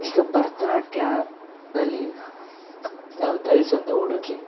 ಈಗ ಭರತನಾಟ್ಯದಲ್ಲಿ ನಾವು ಧರಿಸುವಂಥ ಉಡುಗೆ